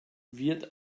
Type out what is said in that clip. wird